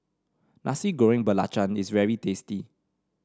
Nasi Goreng Belacan is very tasty